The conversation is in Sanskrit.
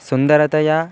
सुन्दरतया